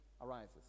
arises